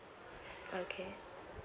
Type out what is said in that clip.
okay